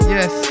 Yes